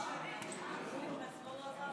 עבדי